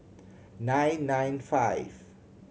nine nine five